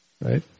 Right